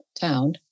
town